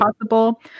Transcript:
possible